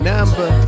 Number